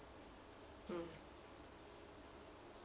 mm